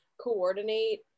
coordinate